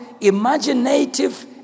imaginative